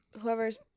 whoever's